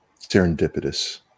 serendipitous